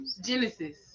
Genesis